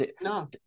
no